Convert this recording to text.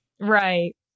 right